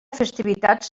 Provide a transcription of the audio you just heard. festivitats